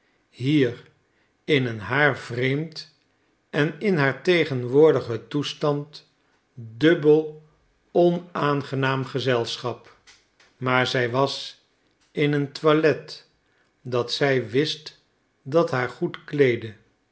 hier in een haar vreemd en in haar tegenwoordigen toestand dubbel onaangenaam gezelschap maar zij was in een toilet dat zij wist dat haar goed kleedde